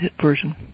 version